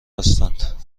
هستند